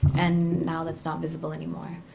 and now that's not visible anymore.